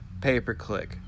pay-per-click